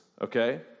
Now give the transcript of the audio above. okay